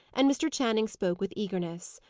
and mr. channing spoke with eagerness.